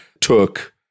took